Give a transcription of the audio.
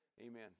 Amen